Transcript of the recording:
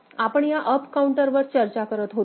तर आपण या अप काउंटरवर चर्चा करत होतो